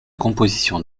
composition